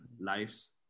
lives